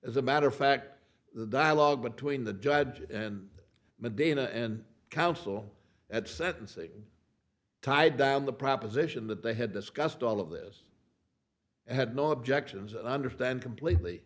as a matter of fact the dialog between the judge and medina and counsel at sentencing tied down the proposition that they had discussed all of this and had no objections and i understand completely